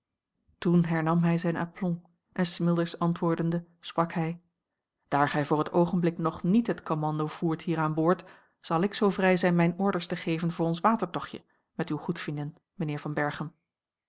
toen hernam hij zijn aplomb en smilders antwoordende sprak hij daar gij voor het oogenblik nog niet het commando voert hier aan boord zal ik zoo vrij zijn mijne orders te geven voor ons watertochtje met uw goedvinden mijnheer van berchem